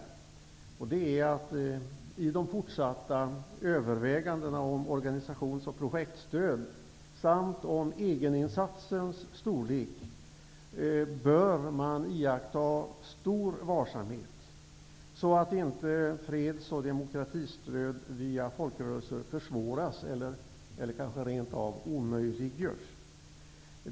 I de fortsatta övervägandena om organisations och projektstöd samt om egeninsatsens storlek bör man iaktta stor varsamhet så att inte freds och demokratistöd via folkrörelser försvåras eller kanske rent av omöjliggörs.